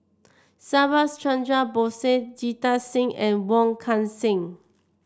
Subhas Chandra Bose Jita Singh and Wong Kan Seng